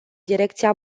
direcția